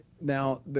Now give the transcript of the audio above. Now